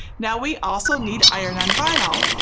now we also need iron-on vinyl,